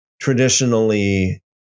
traditionally